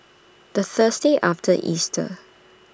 The Thursday after Easter